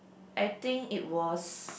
I think it was